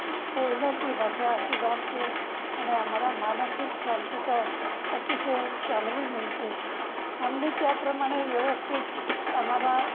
बोलण्याची भाषा सुधारते आणि आम्हाला मानसिक शांतता अतिशय चांगली मिळते आम्ही त्याप्रमाणे व्यवस्थित आम्हाला